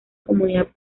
comunidad